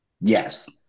yes